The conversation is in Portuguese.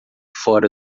fora